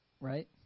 right